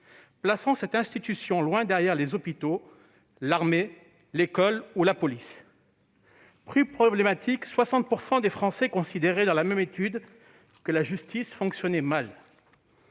plaçant cette institution loin derrière les hôpitaux, l'armée, l'école ou la police. Plus problématique encore, 60 % des Français consultés dans la même étude considèrent que la justice fonctionne mal.